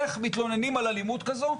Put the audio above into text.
איך מתלוננים על אלימות כזאת?